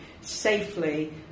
safely